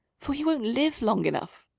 for he won't live long enough.